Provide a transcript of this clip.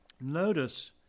notice